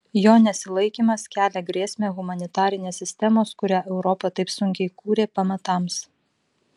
jo nesilaikymas kelia grėsmę humanitarinės sistemos kurią europa taip sunkiai kūrė pamatams